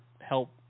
help